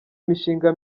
imishinga